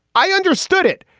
i understood it.